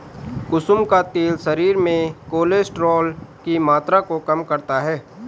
कुसुम का तेल शरीर में कोलेस्ट्रोल की मात्रा को कम करता है